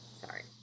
sorry